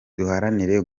duharanire